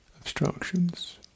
obstructions